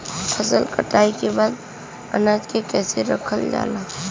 फसल कटाई के बाद अनाज के कईसे रखल जाला?